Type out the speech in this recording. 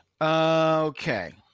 Okay